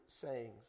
sayings